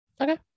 Okay